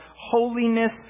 holiness